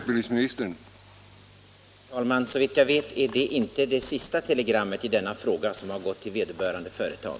Herr talman! Såvitt jag förstår är det inte det sista telegrammet i denna fråga som har gått till vederbörande företag.